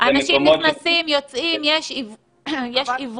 אנשים נכנסים ויוצאים, יש אוורור.